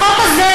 חברים, קצת שקט.